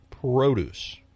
Produce